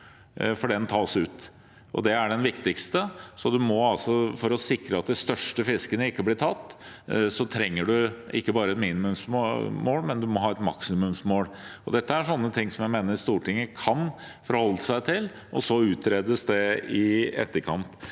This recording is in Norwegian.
for den tas ut. Det er den viktigste, så for å sikre at de største fiskene ikke blir tatt, trenger man ikke bare et minimumsmål, men man må ha et maksimumsmål. Dette er ting jeg mener Stortinget kan forholde seg til, og at det så kan utredes i etterkant.